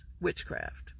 witchcraft